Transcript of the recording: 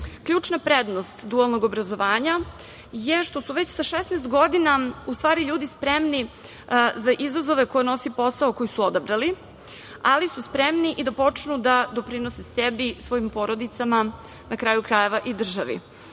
Ključna prednost dualnog obrazovanja je što su već sa 16 godina u stvari ljudi spremni za izazove koje nosi posao koji su odabrali, ali su spremni i da počnu da doprinose sebi, svojim porodicama, na kraju krajeva i državi. Važno